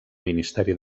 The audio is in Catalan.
ministeri